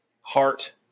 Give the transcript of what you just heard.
heart